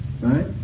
Right